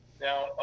now